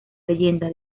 leyenda